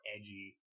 edgy